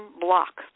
block